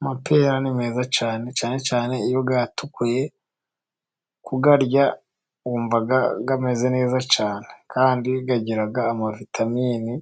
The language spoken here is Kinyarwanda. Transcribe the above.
Amapera ni meza cyane, cyane cyane iyo atukuye, kuyarya wumva ameze neza cyane, kandi agiraga ama vitamini,